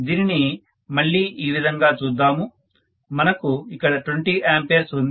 దీనిని మళ్ళీ ఈ విధంగా చూద్దాము మనకు ఇక్కడ 20 A ఉంది